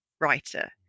writer